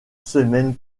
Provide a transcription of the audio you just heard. semaine